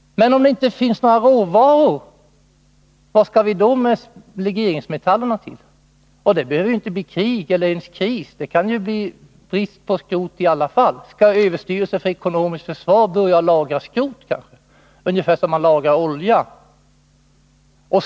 Men om det nu inte finns några råvaror, vad skall vi då med legeringsmetallerna till? Det behöver inte bli krig eller ens kris för att det skall bli brist på skrot, sådan brist kan det bli i alla fall. Skall överstyrelsen för ekonomiskt försvar börja lagra skrot ungefär som denna myndighet lagrar olja?